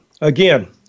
again